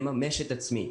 לממש את עצמי,